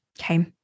Okay